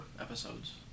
episodes